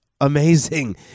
amazing